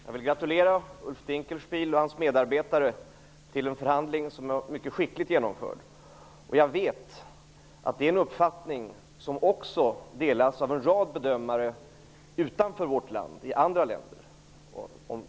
Fru talman! Jag vill gratulera Ulf Dinkelspiel och hans medarbetare till en mycket skickligt genomförd förhandling. Jag vet att det är en uppfattning, som delas även av en rad bedömare i andra länder.